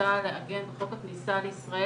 שמטרתה לעגן את חוק הכניסה לישראל,